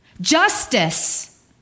Justice